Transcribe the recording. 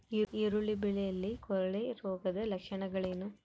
ಈರುಳ್ಳಿ ಬೆಳೆಯಲ್ಲಿ ಕೊಳೆರೋಗದ ಲಕ್ಷಣಗಳೇನು?